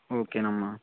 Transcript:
okay అమ్మా